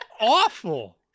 awful